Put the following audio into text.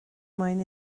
mwyn